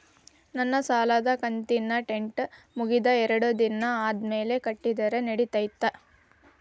ನನ್ನ ಸಾಲದು ಕಂತಿನ ಡೇಟ್ ಮುಗಿದ ಎರಡು ದಿನ ಆದ್ಮೇಲೆ ಕಟ್ಟಿದರ ನಡಿತೈತಿ?